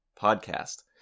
podcast